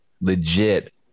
legit